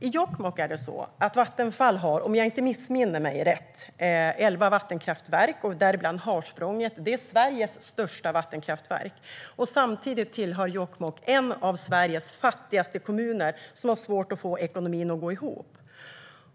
I Jokkmokk har Vattenfall, om jag inte missminner mig, elva vattenkraftverk, däribland Harsprånget som är Sveriges största vattenkraftverk. Samtidigt är Jokkmokk en av Sveriges fattigaste kommuner och har svårt att få ekonomin att gå ihop.